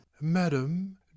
Madam